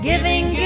Giving